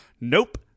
nope